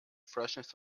freshness